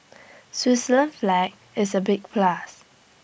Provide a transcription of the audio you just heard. Switzerland flag is A big plus